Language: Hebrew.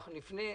אנחנו נפנה אליך.